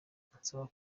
ansaba